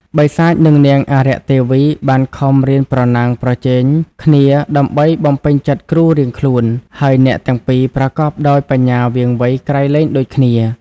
បិសាចនឹងនាងអារក្ខទេវីបានខំរៀនប្រណាំង ប្រជែងគ្នា ដើម្បីបំពេញចិត្តគ្រូរៀងខ្លួន ហើយអ្នកទាំងពីរប្រកបដោយបញ្ញាវៀងវៃក្រៃលែងដូចគ្នា ។